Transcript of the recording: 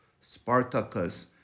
Spartacus